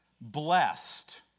blessed